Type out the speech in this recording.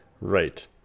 Right